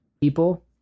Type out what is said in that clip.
people